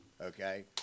Okay